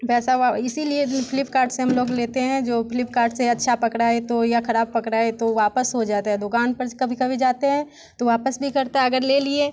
पैसा इसीलिए फ्लिपकार्ट से हम लोग लेते हैं जो फ्लिपकार्ट से अच्छा पकड़ाए तो या खराब पकड़ाए तो वापस हो जाता है दुकान पर से कभी कभी जाते हैं तो वापस भी करता है अगर ले लिए